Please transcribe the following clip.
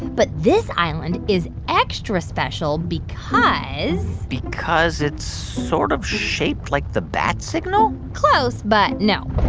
but this island is extra special because. because it's sort of shaped like the bat signal? close, but no.